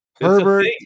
Herbert